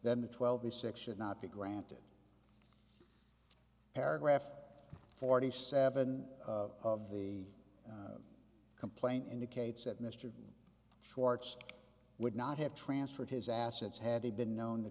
than the twelve the six should not be granted paragraph forty seven of the complaint indicates that mr schwartz would not have transferred his assets had he been known t